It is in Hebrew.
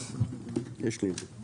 אני פותח את הישיבה.